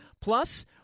Plus